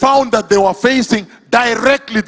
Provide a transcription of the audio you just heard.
found that they were facing directly